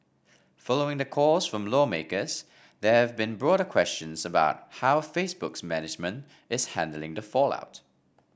following the calls from lawmakers there have been broader questions about how Facebook's management is handling the fallout